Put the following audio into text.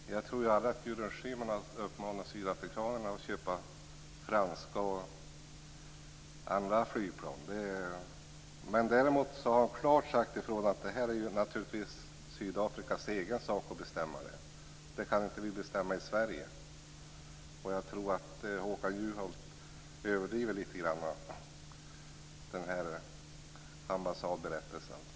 Fru talman! Jag tror ju aldrig att Gudrun Schyman har uppmanat sydafrikanerna att köpa franska och andra flygplan. Däremot har hon klart sagt ifrån att det här naturligtvis är Sydafrikas egen sak att bestämma. Det kan inte vi bestämma i Sverige. Jag tror att Håkan Juholt överdriver den här ambassadberättelsen lite grann.